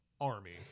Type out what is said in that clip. Army